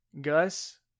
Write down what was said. gus